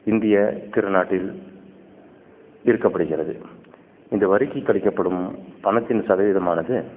இந்திய திருநாட்டில் இருக்கப்படுகிறது இந்த வரிக்குக் கிடைக்கப்படும் பணத்தின் சதவிகிதமானது